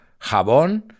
jabón